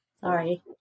Sorry